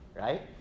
right